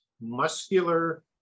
muscular